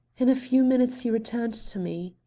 in a few minutes he returned to me.